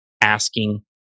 asking